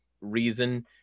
reason